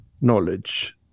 knowledge